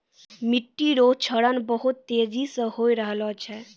मिट्टी रो क्षरण बहुत तेजी से होय रहलो छै